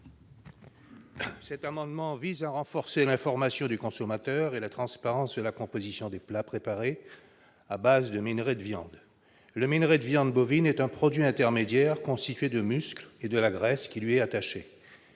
Cet amendement vise à renforcer l'information du consommateur et la transparence de la composition des plats préparés à base de minerai de viande. Le minerai de viande bovine est un produit intermédiaire constitué de muscles et de la graisse qui lui est attachée,